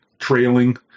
trailing